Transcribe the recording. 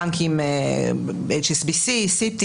בנקים HSBC, CT,